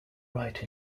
right